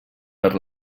per